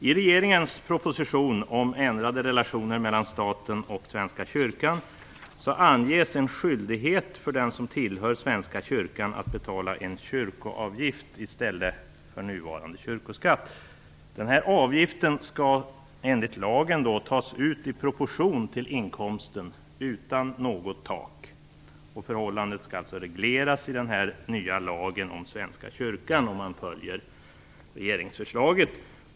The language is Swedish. I regeringens proposition om ändrade relationer mellan staten och Svenska kyrkan anges en skyldighet för den som tillhör Svenska kyrkan att betala en kyrkoavgift i stället för nuvarande kyrkoskatt. Denna avgift skall enligt lagen tas ut i proportion till inkomsten utan något tak. Förhållandet skall alltså regleras i den nya lagen om Svenska kyrkan, om man följer regeringsförslaget.